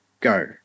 go